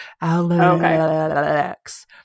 Alex